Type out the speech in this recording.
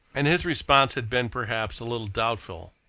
and his response had been, perhaps, a little doubtful,